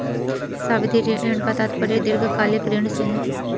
सावधि ऋण का तात्पर्य दीर्घकालिक ऋण से है